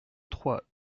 trois